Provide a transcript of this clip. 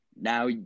Now